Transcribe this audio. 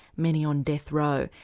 many on death row,